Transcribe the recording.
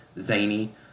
zany